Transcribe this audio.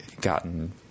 gotten